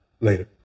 Later